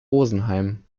rosenheim